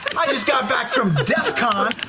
i just got back from but def con,